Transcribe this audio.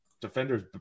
defender's